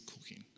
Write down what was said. cooking